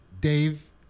Dave